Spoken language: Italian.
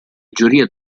giuria